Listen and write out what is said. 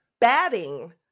batting